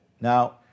now